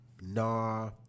nah